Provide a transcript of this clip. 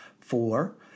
Four